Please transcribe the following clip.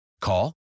Call